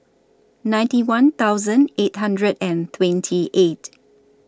ninety one thousand eight hundred and twenty eight